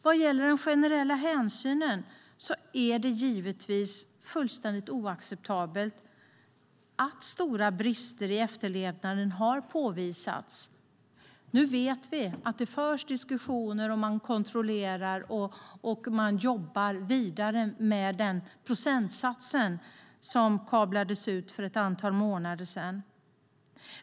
Vad gäller den generella hänsynen är det givetvis fullständigt oacceptabelt att stora brister i efterlevnaden har påvisats. Nu vet vi att det förs diskussioner. Man kontrollerar, och man jobbar vidare med den procentsats som kablades ut för ett antal månader sedan.